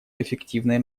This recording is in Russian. эффективной